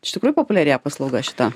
iš tikrųjų populiarėja paslauga šita